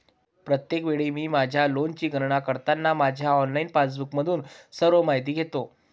प्रत्येक वेळी मी माझ्या लेनची गणना करताना माझ्या ऑनलाइन पासबुकमधून सर्व माहिती घेतो